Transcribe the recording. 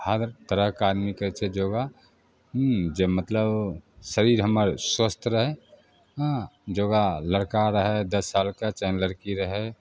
हर तरहके आदमी करै छै योगा हुँ जे मतलब शरीर हमर स्वस्थ रहै हँ योगा लड़का रहै दस सालके चाहे लड़की रहै